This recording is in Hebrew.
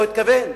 לא התכוון,